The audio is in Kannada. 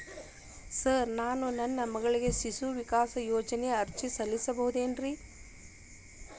ಸರ್ ನಾನು ನನ್ನ ಮಗಳಿಗೆ ಶಿಶು ವಿಕಾಸ್ ಯೋಜನೆಗೆ ಅರ್ಜಿ ಸಲ್ಲಿಸಬಹುದೇನ್ರಿ?